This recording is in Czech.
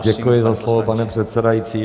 Děkuji za slovo, pane předsedající.